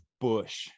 Bush